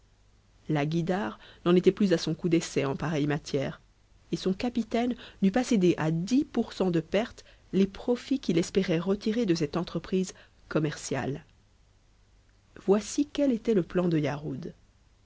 la guïdare n'en était plus à son coup d'essai en pareille matière et son capitaine n'eût pas cédé à dix pour cent de perte les profits qu'il espérait retirer de cette entreprise commerciale voici quel était le plan de yarhud